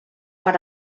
per